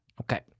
Okay